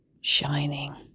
shining